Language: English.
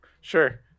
Sure